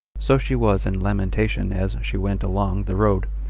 so she was in lamentation as she went along the road,